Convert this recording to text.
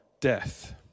death